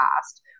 past